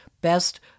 best